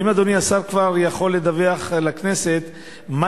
האם אדוני השר כבר יכול לדווח לכנסת מה